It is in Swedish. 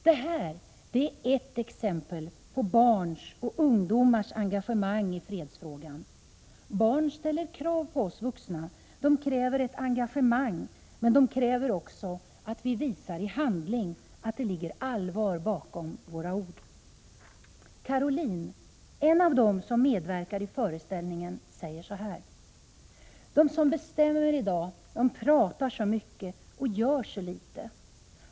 Det här är ett exempel på barns och ungdomars engagemang i fredsfrågan. Barn ställer krav på oss vuxna. De kräver ett engagemang, men de kräver också att vi visar i handling att det ligger allvar bakom våra ord. Caroline, en av dem som medverkar i föreställningen, säger så här: ”De som bestämmer idag pratar så mycket men gör så lite.